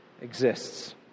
exists